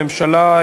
הממשלה,